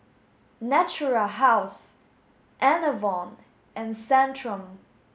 Natura House Enervon and Centrum